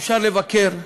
אפשר לבקר,